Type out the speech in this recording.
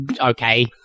Okay